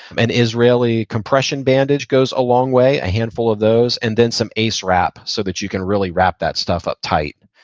an israeli compression bandage goes a long way, a handful of those. and then some ace wrap so that you can really wrap that stuff up tight.